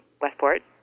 Westport